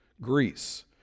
Greece